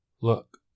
Look